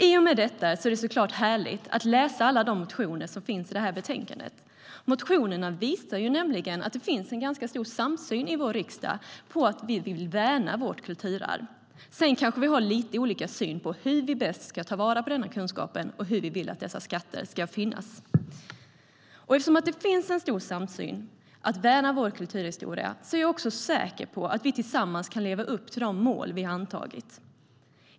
I och med detta är det såklart härligt att läsa alla de motioner som finns i det här betänkandet. Motionerna visar nämligen att det finns en stor samsyn i vår riksdag om att vi vill värna vårt kulturarv. Sedan har vi kanske lite olika syn på hur vi bäst ska ta vara på kunskapen och skatterna. Eftersom det finns en stor samsyn om att värna vår kulturhistoria är jag också säker på att vi tillsammans kan leva upp till de mål riksdagen har antagit.